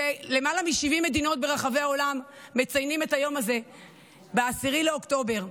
ולמעלה מ-70 מדינות ברחבי העולם מציינות את היום הזה ב-10 באוקטובר,